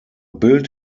built